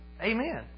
Amen